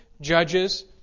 judges